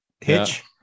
hitch